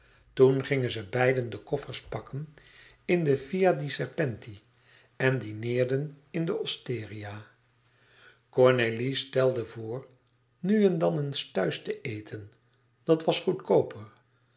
toen gingen zij beiden de koffers pakken in de via dei erpenti en dineerden in de osteria cornélie stelde voor nu en dan eens thuis te eten dat was goedkooper